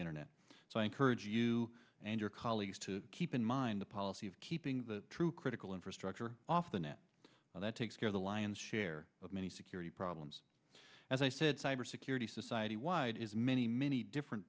internet so i encourage you and your colleagues to keep in mind the policy of keeping the true critical infrastructure off the net that takes care of the lion's share of many security problems as i said cyber security society wide is many many different